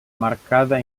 marcada